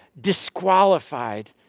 disqualified